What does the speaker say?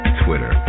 twitter